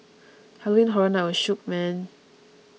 Halloween Horror Night was shook man